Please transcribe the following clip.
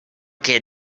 que